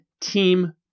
team